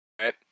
right